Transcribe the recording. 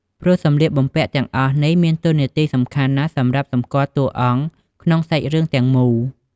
ព្រោះសម្លៀកបំពាក់ទាំងអស់នេះ មានតួនាទីសំខាន់ណាស់សម្រាប់សម្គាល់តួរអង្គ ក្នុងសាច់រឿងទាំងមូល ។